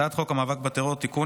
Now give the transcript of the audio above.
הצעת חוק המאבק בטרור (תיקון,